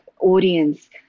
audience